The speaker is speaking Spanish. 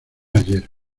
ayer